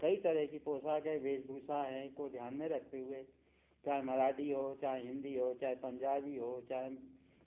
कई तरह की पोशाक है वेशभूषा है को ध्यान में रखते हुए चाहे मराठी हो चाहे हिंदी हो चाहे पंजाबी हो चाहे